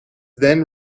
then